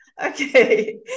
Okay